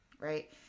right